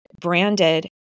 branded